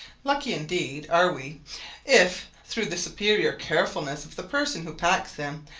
lucky, indeed, are we if, through the superior carefulness of the person who packs them,